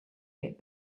get